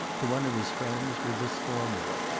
to one of his friends, with this formula,